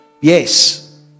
Yes